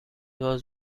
was